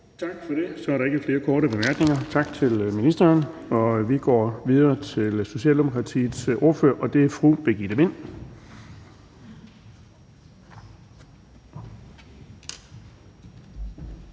Tak for det. Så er der ikke flere korte bemærkninger. Tak til ministeren. Vi går videre til Socialdemokratiets ordfører, og det er fru Birgitte Vind.